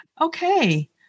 Okay